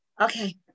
okay